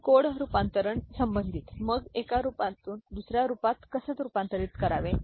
आणि कोड रूपांतरण संबंधित मग एका रूपातून दुसर्या रूपात कसे रूपांतरित करावे